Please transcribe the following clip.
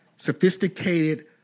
sophisticated